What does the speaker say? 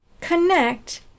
connect